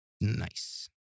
nice